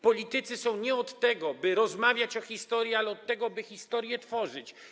Politycy są nie od tego, by rozmawiać o historii, ale od tego, by historię tworzyć.